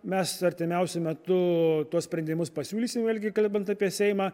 mes artimiausiu metu tuos sprendimus pasiūlysim vėlgi kalbant apie seimą